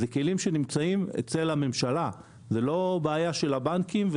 אלה כלים שיש לממשלה, זאת לא בעיה של הבנקים.